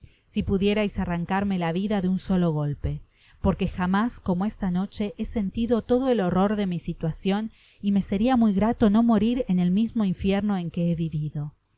si pudierais arrancarme la vida de un solo golpe porque jamás como esta noche he sentido todo el horror de mi situacion y me seria muy grato no morir en el mismo infierno en que he vivido